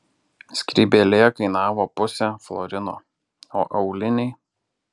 skrybėlė kainavo pusę florino o auliniai